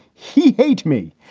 he hates me.